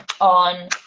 on